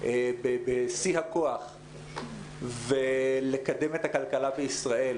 בשיא הכוח ולקדם את הכלכלה בישראל,